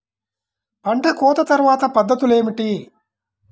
పంట కోత తర్వాత పద్ధతులు ఏమిటి?